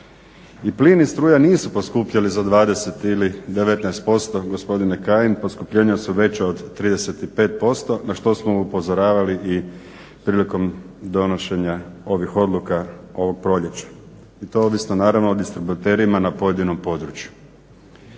I plin i struja nisu poskupjeli za 20 ili 19% gospodine Kajin, poskupljenja su veća od 35% na što smo upozoravali i prilikom donošenja ovih odluka ovo proljeće. I to ovisno naravno o distributerima na pojedinom području.